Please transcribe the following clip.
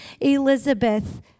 Elizabeth